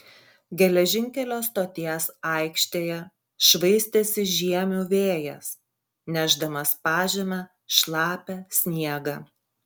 geležinkelio stoties aikštėje švaistėsi žiemių vėjas nešdamas pažeme šlapią sniegą